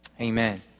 amen